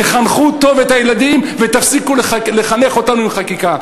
תחנכו טוב את הילדים ותפסיקו לחנך אותנו עם חקיקה.